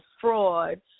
fraud